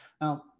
Now